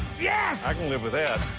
yes! i can live with that.